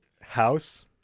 house